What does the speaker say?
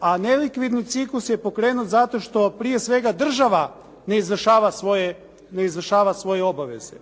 a nelikvidni ciklus je pokrenut zato što prije svega država ne izvršava svoje obaveze.